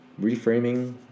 reframing